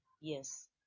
Yes